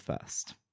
first